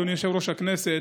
אדוני יושב-ראש הכנסת,